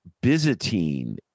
Byzantine